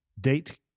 date